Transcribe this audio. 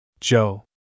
Joe